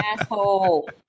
asshole